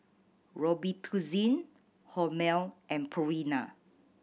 Robitussin Hormel and Purina